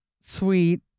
sweet